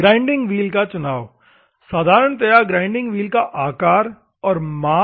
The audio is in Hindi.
ग्राइंडिंग व्हील का चुनाव साधारणतया ग्राइंडिंग व्हील का आकार और माप